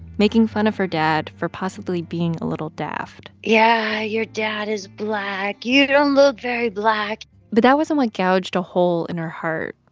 making fun of her dad for possibly being a little daft yeah, your dad is black. you don't look very black but that wasn't what gouged a hole in her heart.